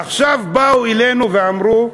עכשיו באו אלינו ואמרו: